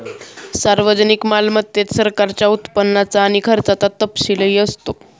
सार्वजनिक मालमत्तेत सरकारच्या उत्पन्नाचा आणि खर्चाचा तपशीलही असतो